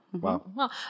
wow